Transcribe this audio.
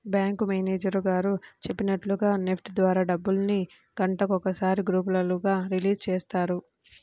bank manager గారు చెప్పినట్లుగా NEFT ద్వారా డబ్బుల్ని గంటకొకసారి గ్రూపులుగా రిలీజ్ చేస్తారు